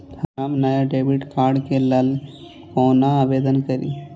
हम नया debit card के लल कौना आवेदन करि?